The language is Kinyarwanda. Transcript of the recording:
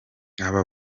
aha